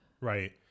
Right